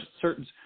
certain